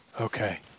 Okay